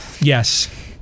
Yes